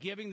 giving the